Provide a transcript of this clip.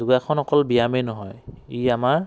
যোগাসন অকল ব্যায়ামেই নহয় ই আমাৰ